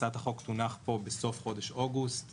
הצעת החוק תונח פה בסוף חודש אוגוסט.